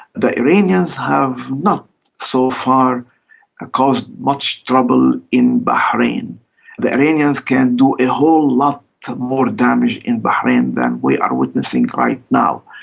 the iranians have not so far ah caused much trouble in bahrain the iranians can do a whole lot more damage in bahrain than we are witnessing right now.